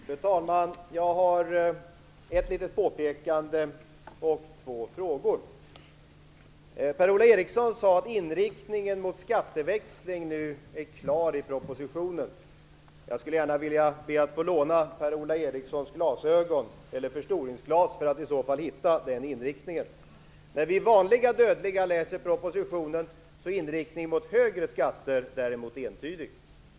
Fru talman! Jag har ett litet påpekande och två frågor. Per-Ola Eriksson sade att inriktningen mot skatteväxling nu är klar i propositionen. Jag skulle vilja be att få låna Per-Ola Erikssons glasögon eller förstoringsglas för att i så fall hitta den inriktningen. När vi vanliga dödliga läser propositionen är inriktningen mot högre skatter däremot entydig.